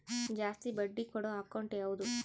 ಜಾಸ್ತಿ ಬಡ್ಡಿ ಕೊಡೋ ಅಕೌಂಟ್ ಯಾವುದು?